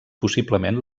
possiblement